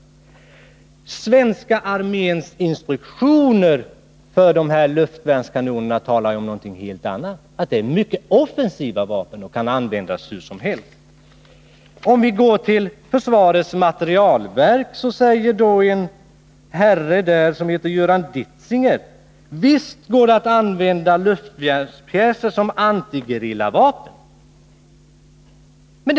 Svenska arméns instruktioner för de här luftvärnskanonerna talar om någonting helt annat, nämligen att de är mycket offensiva vapen som kan användas hur som helst. Vi kan också gå till försvarets materielverk; där säger en herre som heter Göran Ditzinger: Visst går det att använda luftvärnspjäser som antigerillavapen.